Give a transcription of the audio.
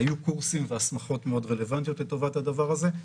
היו קורסים והסמכות רלוונטיים לטובת הדבר הזה.